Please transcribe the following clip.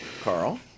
Carl